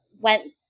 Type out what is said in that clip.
went